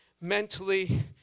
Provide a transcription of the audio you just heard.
mentally